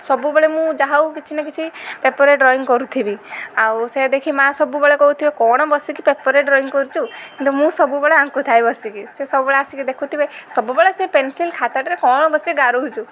ସବୁବେଳେ ମୁଁ ଯାହା ହଉ କିଛି ନା କିଛି ପେପର୍ରେ ଡ୍ରଇଂ କରୁଥିବି ଆଉ ସେୟା ଦେଖି ମାଆ ସବୁବେଳେ କହୁଥିବ କ'ଣ ବସିକି ପେପର୍ରେ ଡ୍ରଇଂ କରୁଛୁ କିନ୍ତୁ ମୁଁ ସବୁବେଳେ ଆଙ୍କୁ ଥାଏ ବସିକି ସେ ସବୁବେଳେ ଆସିକି ଦେଖିଥିବେ ସବୁବେଳେ ସେ ପେନସିଲ୍ ଖାତାଟାରେ କ'ଣ ବସିକି ଗାରଉଛୁ